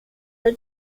are